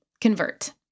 convert